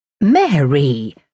Mary